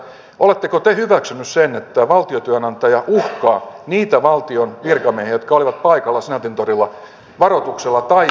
oletteko te hyväksynyt sen että valtiotyönantaja uhkaa niitä valtion virkamiehiä jotka olivat paikalla senaatintorilla varoituksella tai järeämmillä toimilla